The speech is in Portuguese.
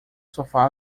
sofá